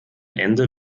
ende